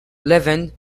leven